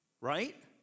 Right